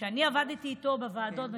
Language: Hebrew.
עבדתי איתך בוועדות,